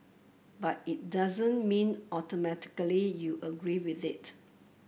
but it doesn't mean automatically you agree with it